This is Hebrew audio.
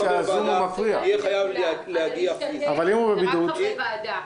רק חברי ועדה.